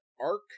arc